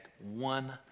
one